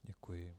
Děkuji.